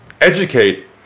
educate